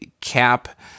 Cap